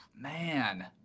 Man